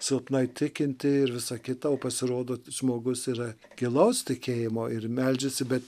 silpnai tikinti ir visa kita o pasirodo žmogus yra gilaus tikėjimo ir meldžiasi bet